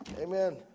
Amen